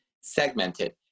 segmented